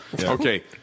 Okay